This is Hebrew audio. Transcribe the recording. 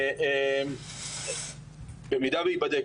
במידה וייבדק,